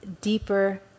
deeper